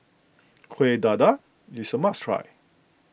Kuih Dadar is a must try